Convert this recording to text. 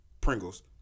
Pringles